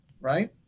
right